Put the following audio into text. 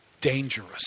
dangerous